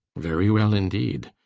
very well indeed.